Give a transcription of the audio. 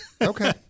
Okay